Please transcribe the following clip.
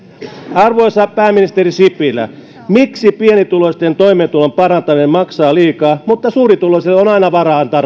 arvoisa pääministeri sipilä miksi pienituloisten toimeentulon parantaminen maksaa liikaa mutta suurituloisille on aina varaa antaa